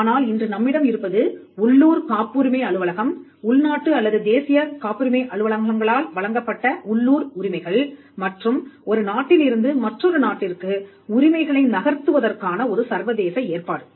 ஆனால் இன்று நம்மிடம் இருப்பது உள்ளூர் காப்புரிமை அலுவலகம் உள்நாட்டு அல்லது தேசிய காப்புரிமை அலுவலகங்களால் வழங்கப்பட்ட உள்ளூர் உரிமைகள் மற்றும் ஒரு நாட்டிலிருந்து மற்றொரு நாட்டிற்கு உரிமைகளை நகர்த்துவதற்கான ஒரு சர்வதேச ஏற்பாடு